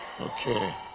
Okay